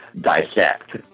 Dissect